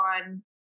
on